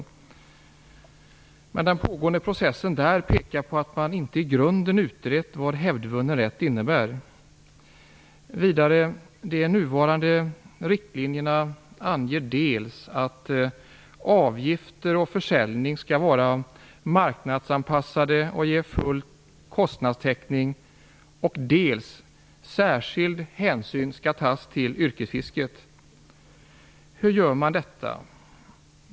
Men den pågående processen där pekar på att man inte i grunden utrett vad hävdvunnen rätt innebär. De nuvarande riktlinjerna anger dels att avgifter och försäljning skall vara marknadsanpassade och ge full kostnadstäckning, dels att särskild hänsyn skall tas till yrkesfisket. Hur gör man detta?